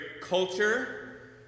culture